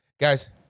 Guys